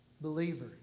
Believer